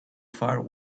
far